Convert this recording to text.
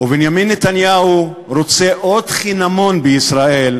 ובנימין נתניהו רוצה עוד חינמון בישראל.